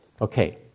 Okay